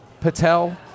Patel